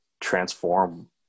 transform